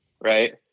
right